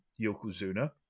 Yokozuna